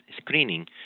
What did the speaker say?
screening